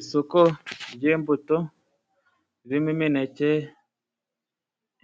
Isoko ry'imbuto ririmo imineke,